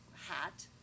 hat